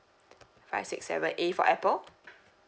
five six seven a for apple